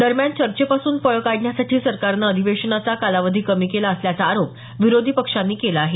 दरम्यान चर्चेपासून पळ काढण्यासाठी सरकारनं अधिवेशनाचा कालावधी कमी केला असल्याचा आरोप विरोधी पक्षांनी केला आहे